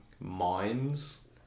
minds